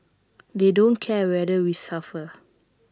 they don't care whether we suffer